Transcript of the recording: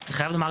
אני חייב לומר,